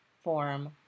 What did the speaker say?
form